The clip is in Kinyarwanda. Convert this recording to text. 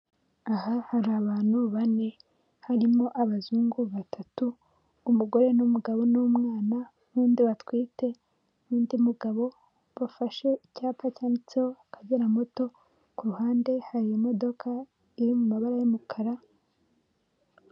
Aha hari abantu bane, harimo abazungu batatu umugore n'umugabo n'umwana n'undi batwite n'undi mugabo bafashe icyapa cyanditseho akagera moto ku ruhande hari imodoka iri mu mabara y'umukara.